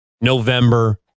November